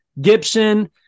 Gibson